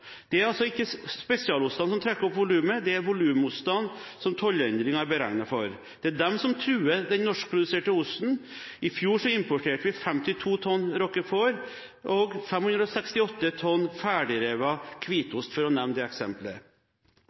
Det er altså ikke spesialostene som trekker opp volumet – det er volumostene som tollendringen er beregnet for. Det er disse som truer den norskproduserte osten. I fjor importerte vi 52 tonn Roquefort og 568 tonn ferdigrevet hvitost, for å nevne det eksemplet.